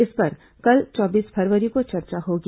इस पर कल चौबीस फरवरी को चर्चा होगी